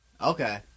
Okay